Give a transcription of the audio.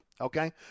Okay